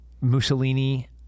Mussolini